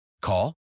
Call